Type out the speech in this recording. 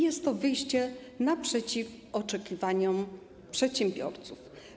Jest to wyjście naprzeciw oczekiwaniom przedsiębiorców.